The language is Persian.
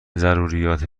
ضروریات